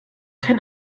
kein